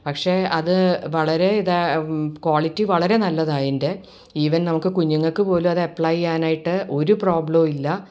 പക്ഷേ അത് വളരെ ഇതാ ക്വാളിറ്റി വളരെ നല്ലതാണ് അതിൻ്റെ ഈവൻ നമുക്ക് കുഞ്ഞുങ്ങൾക്ക് പോലും അപ്ലൈ ചെയ്യാനായിട്ട് ഒരു പ്രോബ്ലവുമില്ല